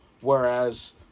Whereas